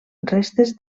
restes